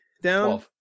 down